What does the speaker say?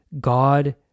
god